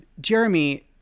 Jeremy